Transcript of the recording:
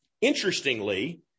interestingly